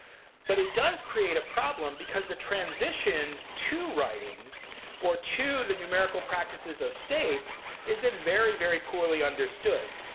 but it does create a problem. because the transition to writing or to the numerical practices of states is then very, very poorly understood.